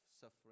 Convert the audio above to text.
suffering